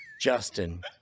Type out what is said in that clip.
Justin